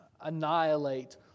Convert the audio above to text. annihilate